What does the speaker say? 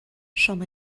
شما